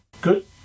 good